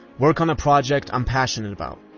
work on a project i'm passionate about.